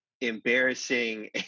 embarrassing